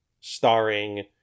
starring